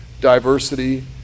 diversity